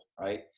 right